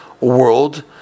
world